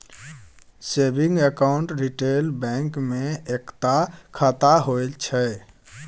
saving account retail bank मे एकता खाता होइ छै